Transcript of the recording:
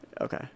okay